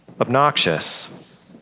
obnoxious